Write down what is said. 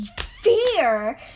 Fear